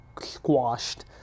squashed